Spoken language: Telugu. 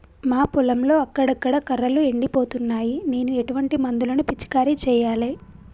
మా పొలంలో అక్కడక్కడ కర్రలు ఎండిపోతున్నాయి నేను ఎటువంటి మందులను పిచికారీ చెయ్యాలే?